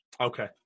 Okay